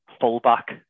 fullback